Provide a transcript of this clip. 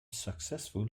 successful